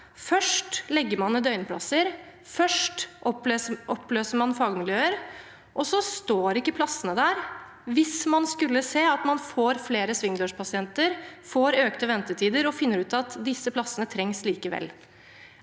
Først legger man ned døgnplasser og oppløser fagmiljøer, og så er ikke plassene der hvis man ser at man får flere svingdørspasienter, får økte ventetider og finner ut at disse plassene trengs likevel.